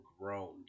groaned